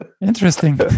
Interesting